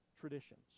traditions